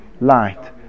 light